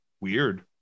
weird